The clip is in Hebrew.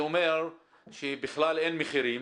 זה אומר שבכלל אין מחירים.